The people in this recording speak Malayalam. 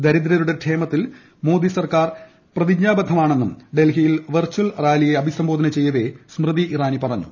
ദരിദ്രരുടെ ക്ഷേമത്തിൽ മോദി സർക്കാർ പ്രതിജ്ഞാബദ്ധമാണെന്നും ൂ ഡൽഹിയിൽ വെർചാർ റാലിയെ അഭിസംബോധന ചെയ്യവെ സ്റ്റ്മുതി് ഇറാനി പറഞ്ഞു